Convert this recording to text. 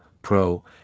Pro